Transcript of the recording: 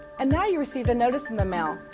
and now you received a notice in the mail,